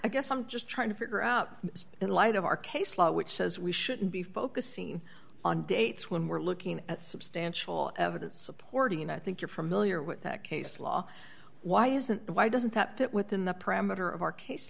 guess i'm just trying to figure out in light of our case law which says we shouldn't be focusing on dates when we're looking at substantial evidence supporting and i think you're familiar with that case law why isn't why doesn't that get within the parameter of our case